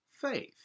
faith